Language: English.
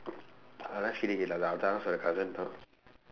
I'll ask my cousins